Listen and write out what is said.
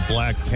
Black